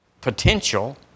potential